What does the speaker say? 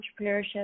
entrepreneurship